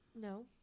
No